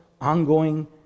ongoing